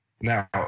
now